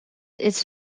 its